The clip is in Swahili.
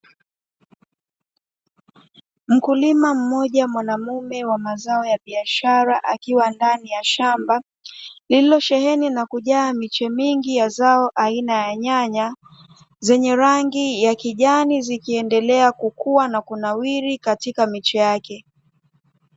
Mkulima mmoja mwanaume wa mazao ya biashara akiwa ndani ya shamba, lililosheheni na kujaa miche mingi ya zao aina ya nyanya zenye rangi ya kijani zikiendelea kukua na kunawiri katika miche yake.